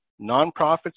nonprofits